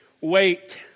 wait